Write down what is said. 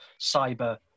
cyber